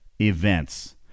events